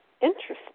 interesting